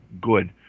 good